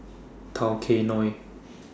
Tao Kae Noi